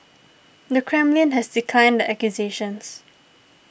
the Kremlin has declined the accusations